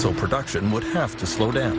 so production would have to slow down